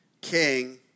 king